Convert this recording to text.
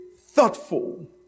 thoughtful